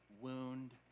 wound